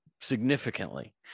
significantly